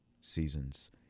seasons